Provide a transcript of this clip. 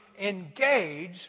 engage